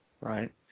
right